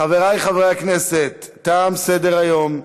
חברי חברי הכנסת, תם סדר-היום.